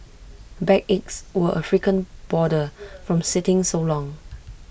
backaches were A frequent bother from sitting so long